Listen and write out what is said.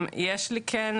בעניין.